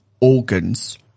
organs